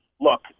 look